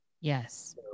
Yes